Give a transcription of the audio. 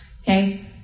Okay